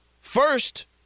First